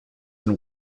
and